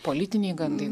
politiniai gandai